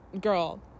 Girl